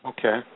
Okay